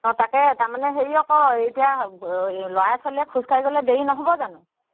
অ তাকে তাৰমানে হেৰি আকৌ এতিয়া ল'ৰায়ে ছোৱালীয়ে খোজকাঢ়ি গ'লে দেৰি নহ'ব জানো